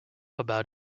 about